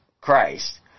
Christ